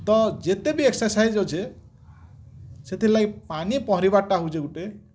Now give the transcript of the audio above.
ତ ଯେତେ ବି ଏକ୍ସରସାଇଜ ଅଛେ ସେଥିର୍ ଲାଗି ପାନି ପହଁରିବାଟା ହଉଛି ଗୋଟେ